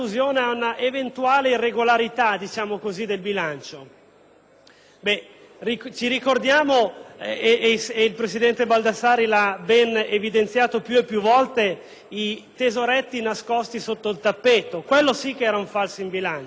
il presidente Baldassarri lo ha ben evidenziato più volte - i tesoretti nascosti sotto il tappeto? Quello sì che era un falso in bilancio! Ma me ne ricordo un altro molto più interessante. Si parla tanto di pressione fiscale: